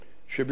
שבזכות